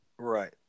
Right